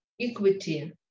equity